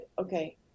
okay